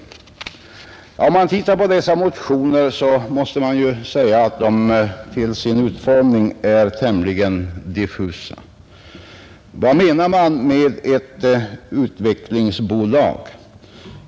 Om man ser på dessa motioner måste man ju säga att de till sin utformning är tämligen diffusa. Vad menar man med ett utvecklingsbolag?